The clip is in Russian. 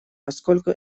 поскольку